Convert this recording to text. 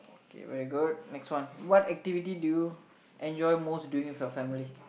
K very good next one what activity do you enjoy most doing with your family